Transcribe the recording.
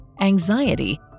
anxiety